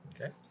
okay